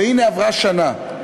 והנה עברה שנה.